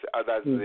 others